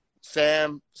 Sam